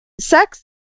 sex